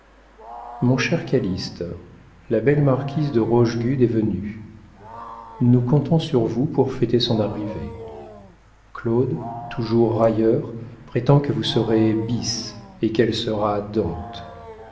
mon cher calyste la belle marquise de rochegude est venue nous comptons sur vous pour fêter son arrivée claude toujours railleur prétend que vous serez bice et qu'elle sera dante